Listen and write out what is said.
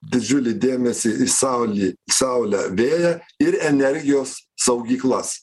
didžiulį dėmesį į saulį saulę vėją ir energijos saugyklas